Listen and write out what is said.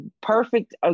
perfect